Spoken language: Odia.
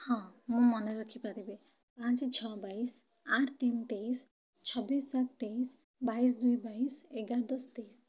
ହଁ ମୁଁ ମନେରଖିପାରିବି ପାଞ୍ଚ ଛଅ ବାଇଶି ଆଠ ତିନି ତେଇଶି ଛବିଶି ସାତ ତେଇଶି ବାଇଶି ଦୁଇ ବାଇଶି ଏଗାର ଦଶ ତେଇଶି